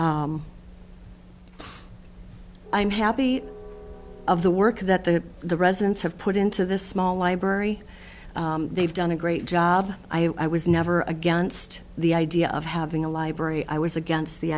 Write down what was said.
future i'm happy of the work that the the residents have put into this small library they've done a great job i was never against the idea of having a library i was against the